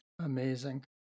Amazing